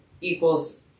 equals